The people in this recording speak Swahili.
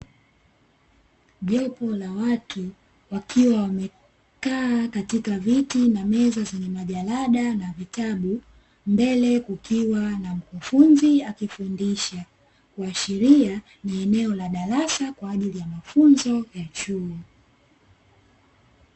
Jopo la watu wakiwa wamekaa katika viti na meza zenye majalada na vitabu, mbele kukiwa na mkufunzi akifundisha, kuashiria ni eneo la darasa kwaajili ya mafunzo ya chuo.